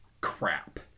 crap